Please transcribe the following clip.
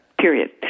period